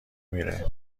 میره